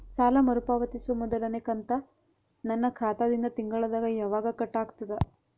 ಸಾಲಾ ಮರು ಪಾವತಿಸುವ ಮೊದಲನೇ ಕಂತ ನನ್ನ ಖಾತಾ ದಿಂದ ತಿಂಗಳದಾಗ ಯವಾಗ ಕಟ್ ಆಗತದ?